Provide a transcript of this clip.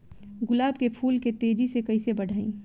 गुलाब के फूल के तेजी से कइसे बढ़ाई?